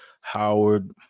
Howard